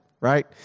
Right